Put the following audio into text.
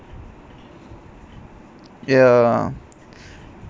ya